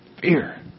Fear